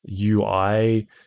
UI